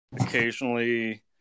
occasionally